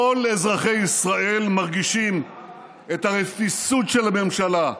כל אזרחי ישראל מרגישים את הרפיסות של הממשלה,